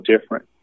different